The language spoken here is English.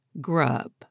Grub